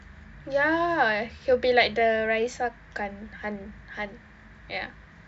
ya he will be like the raeesah khan khan khan ya